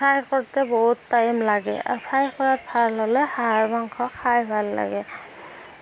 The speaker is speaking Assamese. ফ্ৰাই কৰোতে বহুত টাইম লাগে আৰু ফ্ৰাই কৰা ভাল হ'লে হাঁহৰ মাংস খাই ভাল লাগে